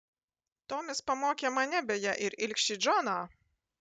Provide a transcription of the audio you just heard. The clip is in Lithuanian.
tomis pamokė mane beje ir ilgšį džoną